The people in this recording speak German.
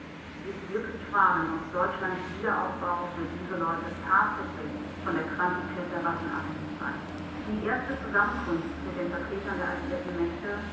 sich wirklich fragen ob deutschlands wiederaufbau für diese leute tatsächlich von der quantität der waffen abhängig sei die erste zusammenkunft mit den vertretern der alliierten mächte